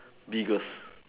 biggest